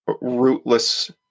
rootless